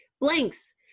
blanks